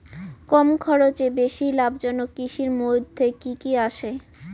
কম খরচে বেশি লাভজনক কৃষির মইধ্যে কি কি আসে?